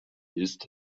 ist